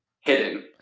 Hidden